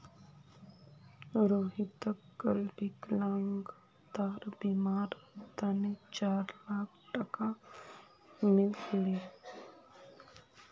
रोहितक कल विकलांगतार बीमार तने चार लाख टका मिल ले